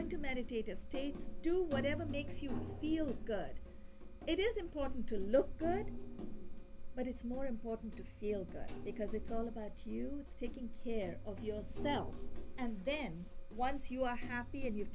into meditative states do whatever makes you feel good it is important to look good but it's more important to feel good because it's all about you taking care of yourself and then once you are happy and you'